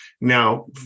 Now